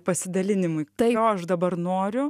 pasidalinimui tai ko aš dabar noriu